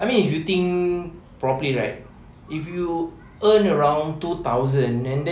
I mean if you think probably right if you earn around two thousand and then